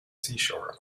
seashore